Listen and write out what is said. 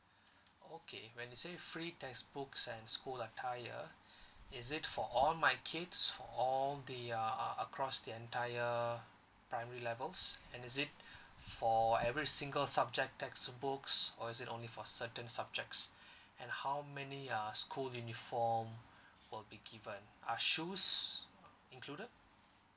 okay when you say free textbooks and school attire is it for all my kids for all the uh uh across the entire primary levels and is it for every single subject textbooks or is it only for certain subjects and how many uh school uniform will be given are shoes included